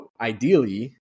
Ideally